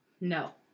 No